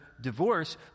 divorce